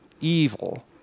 evil